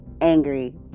angry